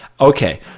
Okay